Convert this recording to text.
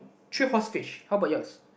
three horse fish how about yours